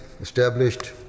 established